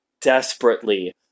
desperately